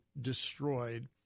destroyed